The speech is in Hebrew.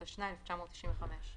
התשנ"ה-1995.